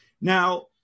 Now